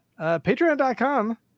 Patreon.com